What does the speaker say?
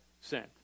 sent